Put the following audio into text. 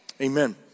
Amen